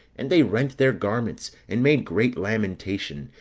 and they rent their garments, and made great lamentation,